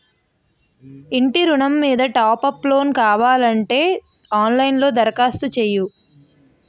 ఇంటి ఋణం మీద టాప్ అప్ లోను కావాలంటే ఆన్ లైన్ లో దరఖాస్తు చెయ్యు